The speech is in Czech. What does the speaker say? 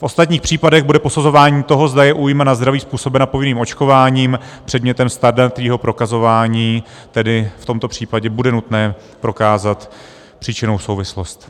V ostatních případech bude posuzování toho, zda je újma na zdraví způsobena povinným očkováním, předmětem standardního prokazování, tedy v tomto případě bude nutné prokázat příčinnou souvislost.